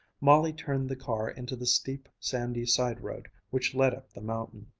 molly turned the car into the steep sandy side-road which led up the mountain.